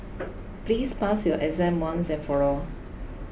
please pass your exam once and for all